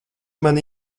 mani